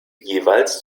jeweils